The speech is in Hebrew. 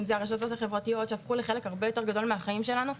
אם זה הרשתות החברתיות שהפכו לחלק הרבה יותר גדול מהחיים שלנו,